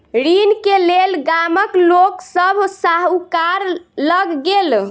ऋण के लेल गामक लोक सभ साहूकार लग गेल